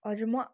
हजुर म